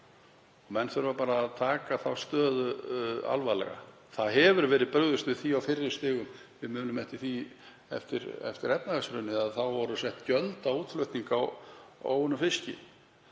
Menn þurfa að taka þá stöðu alvarlega. Það hefur verið brugðist við því á fyrri stigum. Við munum eftir því að eftir efnahagshrunið voru sett gjöld á útflutning á óunnum fiski.